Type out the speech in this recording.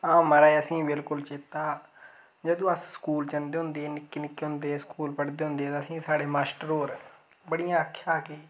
हां महाराज असेंगी बिलकुल चेता ऐ जदूं अस स्कूल जंदे होंदे हे निक्के निक्के होंदे हे स्कूल पढ़दे होंदे हे ते असेंगी साढ़े मास्टर होर बड़ियां आक्खेआ कि